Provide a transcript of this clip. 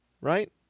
right